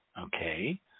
Okay